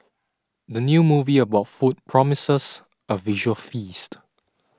the new movie about food promises a visual feast